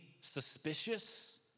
suspicious